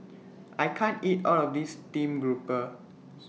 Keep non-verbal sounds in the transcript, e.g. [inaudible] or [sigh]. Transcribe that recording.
I can't eat All of This Stream Grouper [noise]